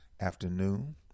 afternoon